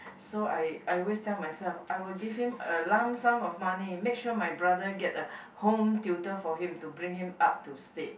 so I I always tell myself I will give him a lump sum of money make sure my brother get a home tutor for him to bring him up to state